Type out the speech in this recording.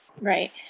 Right